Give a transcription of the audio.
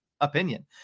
opinion